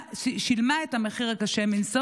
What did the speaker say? הלוואי שכולם יהיו כמוך.